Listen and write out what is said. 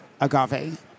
agave